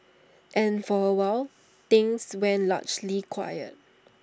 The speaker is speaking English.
and for awhile things went largely quiet